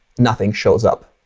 nothing shows up.